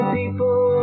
people